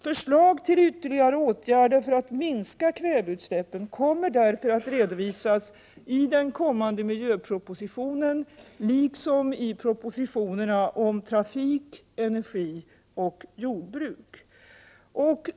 Förslag till ytterligare åtgärder för att minska kväveutsläppen kommer därför att redovisas i den kommande miljöpropositionen liksom i propositionerna om trafik, energi och jordbruk.